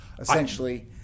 essentially